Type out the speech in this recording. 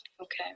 Okay